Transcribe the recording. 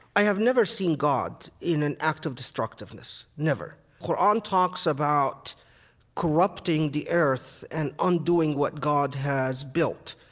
i have never seen god in an act of destructiveness, never. qur'an talks about corrupting the earth and undoing what god has built.